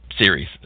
series